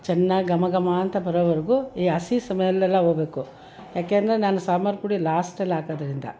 ಚೆನ್ನಾಗಿ ಘಮ ಘಮ ಅಂತ ಬರೋವರೆಗೂ ಈ ಹಸಿ ಸ್ಮೆಲ್ಲೆಲ್ಲ ಹೋಗ್ಬೇಕು ಯಾಕೆಂದರೆ ನಾನು ಸಾಂಬಾರು ಪುಡಿ ಲಾಸ್ಟಲ್ಲಿ ಹಾಕೋದ್ರಿಂದ